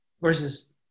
Versus